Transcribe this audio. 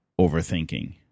overthinking